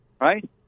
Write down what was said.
right